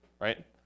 right